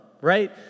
right